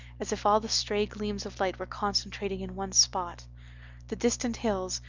as if all the stray gleams of light were concentrating in one spot the distant hills,